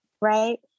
right